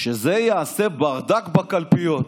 שזה יעשה ברדק בקלפיות.